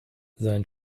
sein